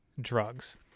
drugs